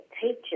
teachers